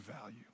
value